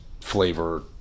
flavor